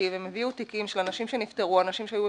שונים לחלוטין.